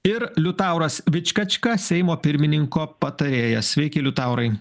ir liutauras vičkačka seimo pirmininko patarėjas sveiki liutaurai